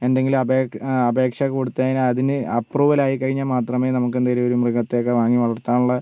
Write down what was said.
എന്തെങ്കിലും അപേക്ഷ അപേക്ഷ കൊടുത്ത് അതിനെ അതിന് അപ്രൂവൽ ആയിക്കഴിഞ്ഞാൽ മാത്രമേ നമുക്ക് എന്തെങ്കിലും ഒരു മൃഗത്തെയൊക്കെ വാങ്ങി വളർത്താനുള്ള